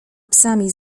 psami